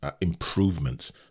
improvements